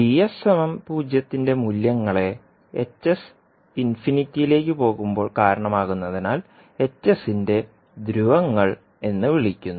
• യുടെ മൂല്യങ്ങളെ കാരണമാകുന്നതിനാൽ ന്റെ ധ്രുവങ്ങൾ എന്ന് വിളിക്കുന്നു